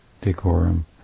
decorum